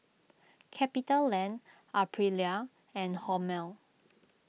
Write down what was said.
CapitaLand Aprilia and Hormel